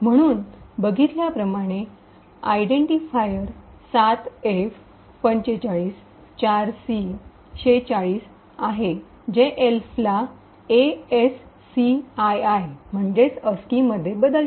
म्हणून बघितल्या प्रमाणे आयडेटीफायर 7f 45 4सी 46 आहे जे एल्फला एएससीआयआय मध्ये बदलते